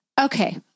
Okay